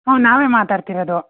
ಹ್ಞೂ ನಾವೇ ಮಾತಾಡ್ತಿರೋದು